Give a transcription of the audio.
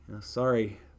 sorry